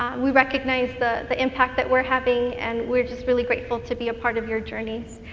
we recognize the the impact that we're having, and we're just really grateful to be a part of your journeys.